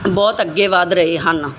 ਬਹੁਤ ਅੱਗੇ ਵੱਧ ਰਹੇ ਹਨ